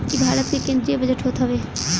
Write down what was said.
इ भारत के केंद्रीय बजट होत हवे